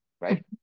right